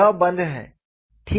यह बंद है ठीक है